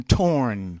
torn